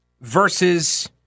versus